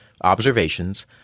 observations